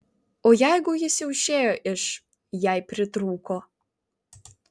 o jeigu jis jau išėjo iš jei pritrūko